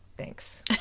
thanks